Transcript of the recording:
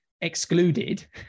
excluded